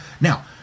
Now